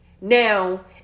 Now